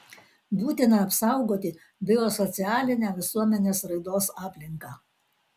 būtina apsaugoti biosocialinę visuomenės raidos aplinką